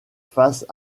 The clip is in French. face